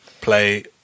Play